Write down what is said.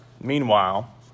Meanwhile